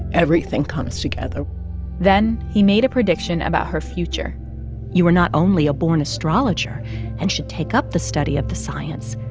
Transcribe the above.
everything comes together then, he made a prediction about her future you are not only a born astrologer and should take up the study of the science,